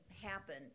happen